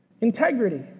Integrity